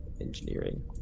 engineering